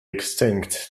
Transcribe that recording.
extinct